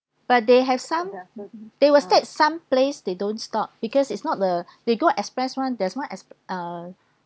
but they have some they will state some place they don't stop because it's not the they go express [one] there is one ex~ uh